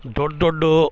ದೊಡ್ಡ ದೊಡ್ಡ